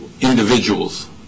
individuals